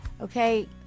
okay